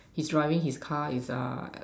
he's driving his car is a